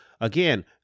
again